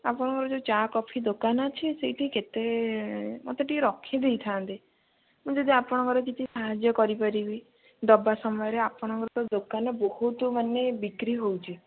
ଆପଣଙ୍କର ଯେଉଁ ଚା' କଫି ଦୋକାନ ଅଛି ସେଇଠି କେତେ ମୋତେ ଟିକିଏ ରଖିଦେଇଥାଆନ୍ତେ ମୁଁ ଯଦି ଆପଣଙ୍କର କିଛି ସାହାଯ୍ୟ କରିପାରିବି ଦେବା ସମୟରେ ଆପଣଙ୍କର ତ ଦୋକାନ ବହୁତ ମାନେ ବିକ୍ରି ହେଉଛି